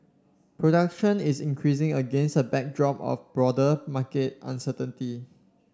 production is increasing against a backdrop of broader market uncertainty